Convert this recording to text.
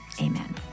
amen